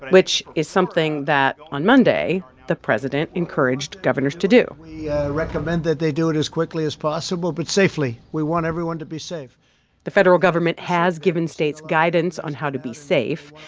which is something that, on monday, the president encouraged governors to do we yeah recommend that they do it as quickly as possible, but safely. we want everyone to be safe the federal government has given states guidance on how to be safe.